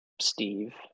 Steve